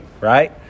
right